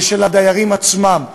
ושל הדיירים עצמם,